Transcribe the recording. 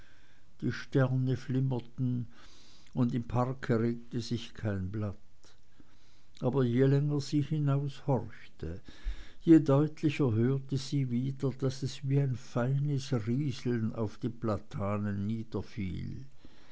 die sterne flimmerten und im park regte sich kein blatt aber je länger sie hinaushorchte je deutlicher hörte sie wieder daß es wie ein feines rieseln auf die platanen